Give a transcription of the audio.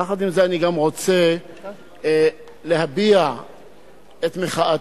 יחד עם זה אני גם רוצה להביע את מחאתי.